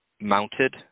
mounted